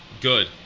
Good